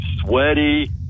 sweaty